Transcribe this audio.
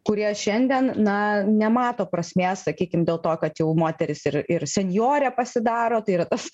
kurie šiandien na nemato prasmės sakykim dėl to kad jau moteris ir ir senjorė pasidaro tai yra tas